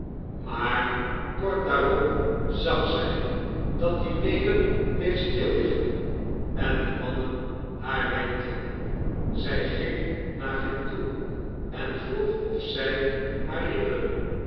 maar kort daarop zag zij dat die weder bleef stilliggen en de mannen haar wenkten zij ging naar hen toe en vroeg of zij